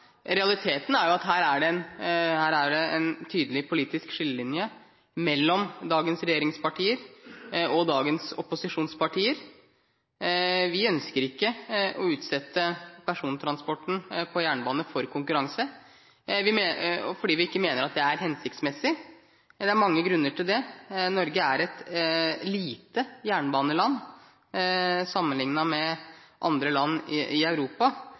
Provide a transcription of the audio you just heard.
Realiteten er at det her er en tydelig politisk skillelinje mellom dagens regjeringspartier og dagens opposisjonspartier. Vi ønsker ikke å utsette persontransporten på jernbanen for konkurranse. Vi mener at det ikke er hensiktsmessig. Det er mange grunner til det. Norge er et lite jernbaneland, sammenliknet med andre land i Europa.